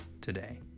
today